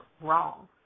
wrong